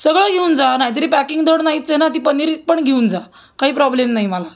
सगळं घेऊन जा नाही तरी पॅकिंग धड नाहीच आहे ना ती पनीर पण घेऊन जा काही प्रॉब्लेम नाही मला